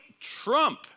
Trump